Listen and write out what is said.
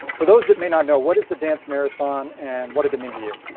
for those that may not know, what is the dance marathon and what did it mean to you?